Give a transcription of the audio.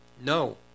No